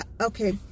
okay